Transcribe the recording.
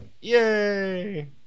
Yay